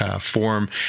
form